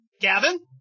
Gavin